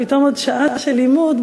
פתאום עוד שעה של לימוד,